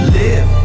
live